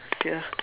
ya